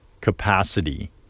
capacity